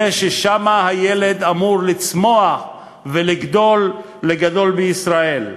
שאתו הילד אמור לצמוח ולגדול לגָדול בישראל.